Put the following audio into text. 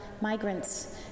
Migrants